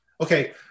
Okay